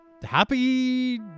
happy